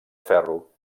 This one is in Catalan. ferro